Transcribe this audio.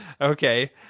Okay